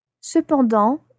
Cependant